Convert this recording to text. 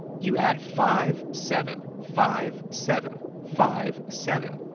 you add five, seven, five, seven, five, seven,